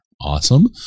awesome